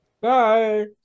Bye